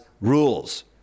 rules